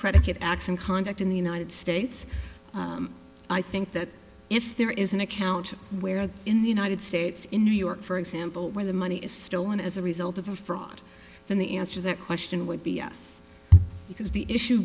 predicate acts and conduct in the united states i think that if there is an account where in the united states in new york for example where the money is stolen as a result of a fraud then the answer that question would be yes because the issue